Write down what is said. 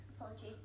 apologies